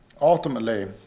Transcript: Ultimately